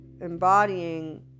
embodying